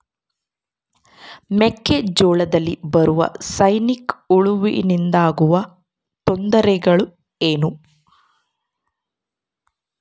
ಮೆಕ್ಕೆಜೋಳದಲ್ಲಿ ಬರುವ ಸೈನಿಕಹುಳುವಿನಿಂದ ಆಗುವ ತೊಂದರೆ ಏನು?